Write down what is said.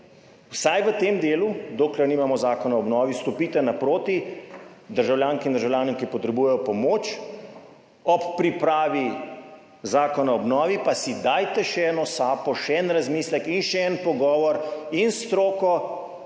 vsaj v tem delu, dokler nimamo Zakona o obnovi, stopite naproti državljankam in državljanom, ki potrebujejo pomoč. Ob pripravi zakona o obnovi, pa si dajte še eno sapo, še en razmislek in še en pogovor in s stroko